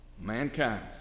mankind